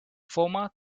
former